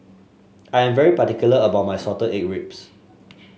I am very particular about my Salted Egg Pork Ribs